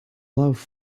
love